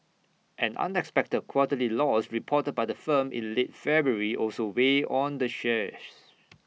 an unexpected quarterly loss reported by the firm in late February also weighed on the shares